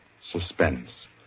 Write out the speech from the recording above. Suspense